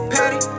Patty